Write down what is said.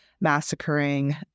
massacring